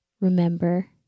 remember